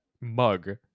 mug